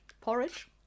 Porridge